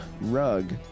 rug